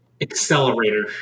accelerator